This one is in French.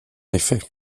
effet